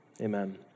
Amen